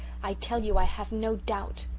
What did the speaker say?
i tell you i have no doubt.